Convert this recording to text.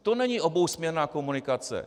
To není obousměrná komunikace.